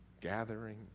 Gathering